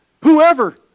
Whoever